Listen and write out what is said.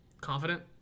confident